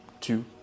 two